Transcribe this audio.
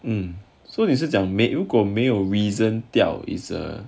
um so 你是讲如果没有 reason 掉 is err